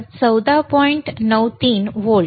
93 volt